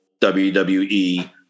WWE